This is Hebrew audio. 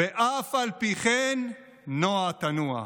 ואף על פי כן נוע תנוע.